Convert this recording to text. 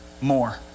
more